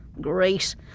Great